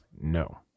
no